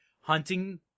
hunting